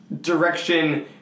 direction